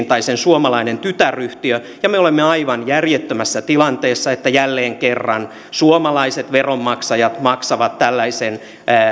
tai sen suomalainen tytäryhtiö ja me olemme aivan järjettömässä tilanteessa että jälleen kerran suomalaiset veronmaksajat maksavat tällaisen